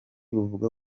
buvuga